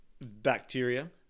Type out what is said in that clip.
bacteria